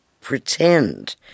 pretend